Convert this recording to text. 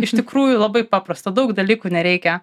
iš tikrųjų labai paprasta daug dalykų nereikia